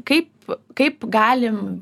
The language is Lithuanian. kaip kaip galim